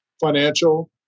financial